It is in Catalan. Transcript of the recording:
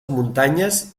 muntanyes